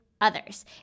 others